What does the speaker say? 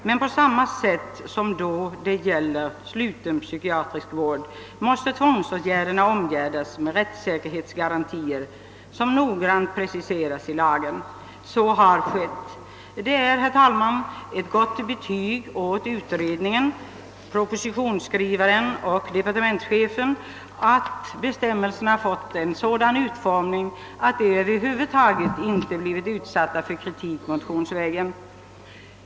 Men på samma sätt som då det gäller sluten psykiatrisk vård måste tvångsåtgärderna omgärdas med rättssäkerhetsgarantier som noggrant preciseras i lagen. Så har skett. Det är, herr talman, ett gott betyg åt utredningen, propositionsskrivaren och departementschefen att bestämmelserna fått en sådan utformning att de över huvud taget inte blivit utsatta för kritik motionsvägen.